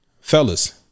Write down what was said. Fellas